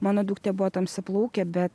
mano duktė buvo tamsiaplaukė bet